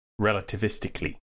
Relativistically